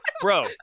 Bro